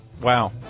wow